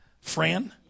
Fran